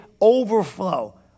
overflow